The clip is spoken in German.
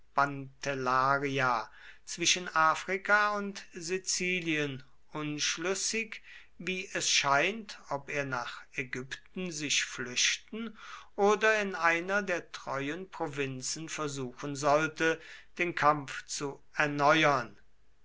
zwischen afrika und sizilien unschlüssig wie es scheint ob er nach ägypten sich flüchten oder in einer der treuen provinzen versuchen sollte den kampf zu erneuern